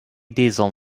diesel